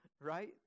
right